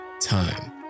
time